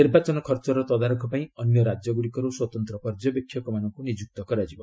ନିର୍ବାଚନ ଖର୍ଚ୍ଚର ତଦାରଖ ପାଇଁ ଅନ୍ୟ ରାଜ୍ୟଗୁଡ଼ିକରୁ ସ୍ୱତନ୍ତ୍ର ପର୍ଯ୍ୟବେକ୍ଷକମାନଙ୍କୁ ନିଯୁକ୍ତ କରାଯିବ